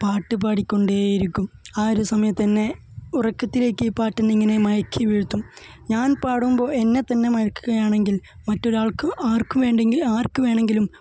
പാട്ട് പാടി കൊണ്ടേയിരിക്കും ആ ഒരു സമയത്ത് എന്നെ ഉറക്കത്തിലേക്ക് ഈ പാട്ട് എന്നെ ഇങ്ങനെ മയക്കി വീഴ്ത്തും ഞാന് പാടുമ്പോൾ എന്നെ തന്നെ മയക്കുകയാണെങ്കില് മറ്റൊരാള്ക്ക് ആര്ക്കുവേണ്ടെങ്കില് ആര്ക്കുവേണമെങ്കിലും